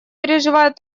переживает